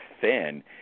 thin